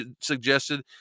suggested